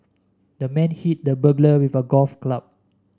the man hit the burglar with a golf club